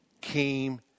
came